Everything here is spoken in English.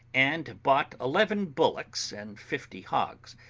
and bought eleven bullocks and fifty hogs,